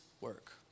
work